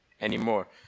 anymore